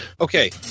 Okay